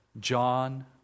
John